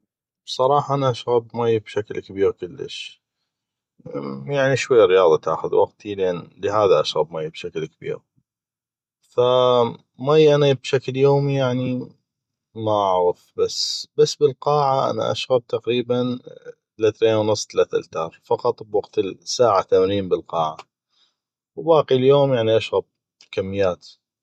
صراحه انا اشغب مي بشكل كبيغ كلش يعني شويه الرياضه تاخذ وقتي لهذا اشغب مي بشكل كبيغ ف مي أنا بشكل يومي ما اعغف بس بس بالقاعه انا اشغب تقريبا لترين ونص تلث التار فقط بوقت الساعه تمرين بالقاعه وباقي اليوم يعني اشغب كميات